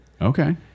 okay